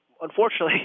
unfortunately